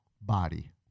body